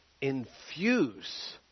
infuse